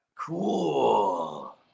Cool